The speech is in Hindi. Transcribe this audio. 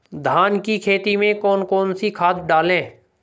धान की खेती में कौन कौन सी खाद डालें?